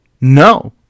No